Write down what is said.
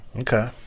Okay